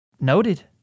Noted